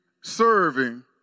serving